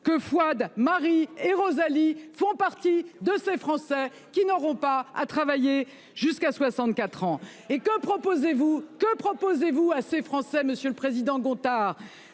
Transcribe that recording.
que Fouad, Marie et Rosalie font partie de ces Français qui n'auront pas à travailler jusqu'à 64 ans. Or que proposez-vous à ces Français, monsieur Gontard ?